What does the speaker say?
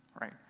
right